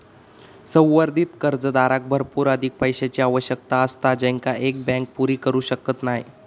संवर्धित कर्जदाराक भरपूर अधिक पैशाची आवश्यकता असता जेंका एक बँक पुरी करू शकत नाय